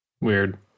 weird